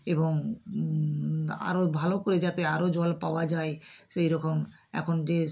এবং আরও ভালো করে যাতে আরও জল পাওয়া যায় সেই রকম এখন যে